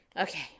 Okay